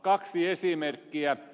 kaksi esimerkkiä